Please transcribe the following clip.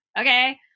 Okay